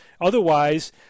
Otherwise